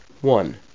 One